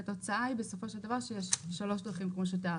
התוצאה היא בסופו של דבר שיש שלוש דרכים כמו שתיארת.